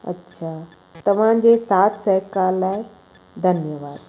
अछा तव्हांजे साथ सहकार लाइ धन्यवाद